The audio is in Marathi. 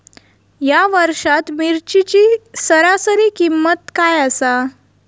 या वर्षात मिरचीची सरासरी किंमत काय आसा?